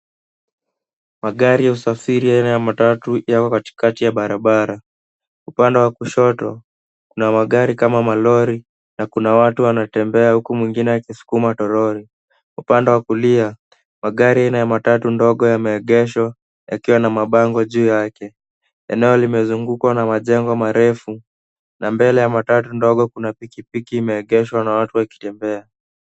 Magari ya usafiri aina ya matatu yamo katika barabara. Upande wa kushoto, kuna magari kama malori na kuna watu wanatembea huku mwengine akiskuma toroli. Upande wa kulia, magari aina ya matatu ndogo yameegeshwa yakiwa na mabango juu yake. Eneo limezungukwa na majengo marefu na mbele ya matatu ndogo kuna pili pili imeegeshwa na watu wakitembea.